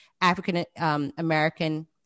African-American